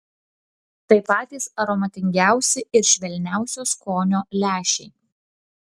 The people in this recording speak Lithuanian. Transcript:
tai patys aromatingiausi ir švelniausio skonio lęšiai